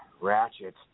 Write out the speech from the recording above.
Ratchet